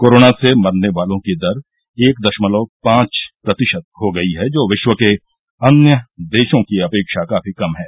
corona से मरने वालों की दर एक दशमलव पांच प्रतिशत हो गई है जो विश्व के अन्य देशों की अपेक्षा काफी कम है